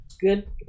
Good